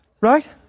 Right